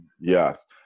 Yes